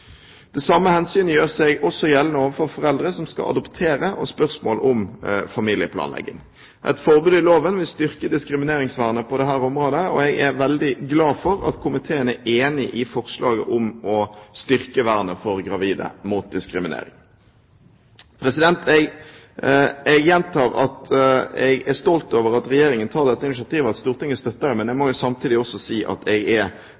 samme hensyn gjør seg også gjeldende overfor foreldre som skal adoptere, og spørsmål om familieplanlegging. Et forbud i loven vil styrke diskrimineringsvernet på dette området. Jeg er veldig glad for at komiteen er enig i forslaget om å styrke vernet for gravide mot diskriminering. Jeg gjentar at jeg er stolt over at Regjeringen tar dette initiativet, og at Stortinget støtter det, men jeg må samtidig også si at jeg er